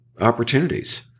opportunities